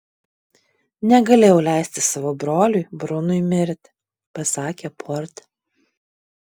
negalėjau leisti savo broliui brunui mirti pasakė porte